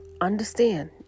Understand